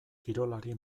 kirolari